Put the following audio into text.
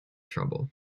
trouble